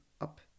up